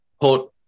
put